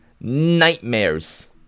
Nightmares